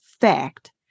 fact